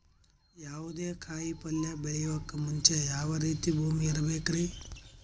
ಯಾವುದೇ ಕಾಯಿ ಪಲ್ಯ ಬೆಳೆಯೋಕ್ ಮುಂಚೆ ಯಾವ ರೀತಿ ಭೂಮಿ ಇರಬೇಕ್ರಿ?